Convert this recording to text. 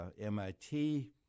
MIT